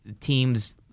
teams